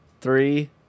three